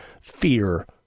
fear